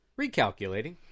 Recalculating